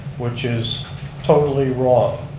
which is totally wrong.